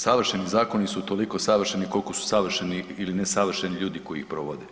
Savršeni zakoni su toliko savršeni koliko su savršeni ili nesavršeni ljudi koji ih provode.